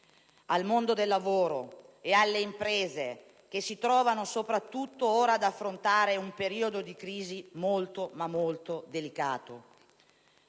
al mondo del lavoro e alle imprese che si trovano, soprattutto ora, ad affrontare un periodo di crisi molto, ma molto delicato.